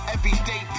Everyday